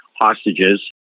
hostages